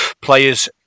players